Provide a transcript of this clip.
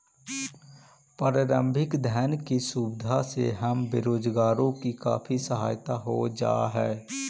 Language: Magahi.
प्रारंभिक धन की सुविधा से हम बेरोजगारों की काफी सहायता हो जा हई